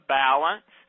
balance